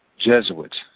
Jesuits